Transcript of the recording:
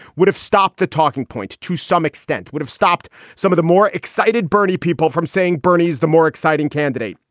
would have stopped the talking point to some extent, would have stopped some of the more excited, bernie, people from saying bernie's the more exciting candidate.